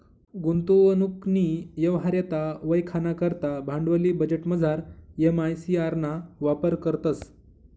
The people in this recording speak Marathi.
गुंतवणूकनी यवहार्यता वयखाना करता भांडवली बजेटमझार एम.आय.सी.आर ना वापर करतंस